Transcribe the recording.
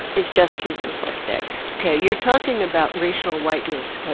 is just too simplistic ok. you're talking about racial whiteness,